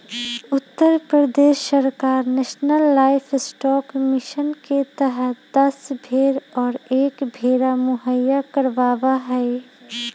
उत्तर प्रदेश सरकार national livestock mission के तहद दस भेंड़ और एक भेंड़ा मुहैया करवावा हई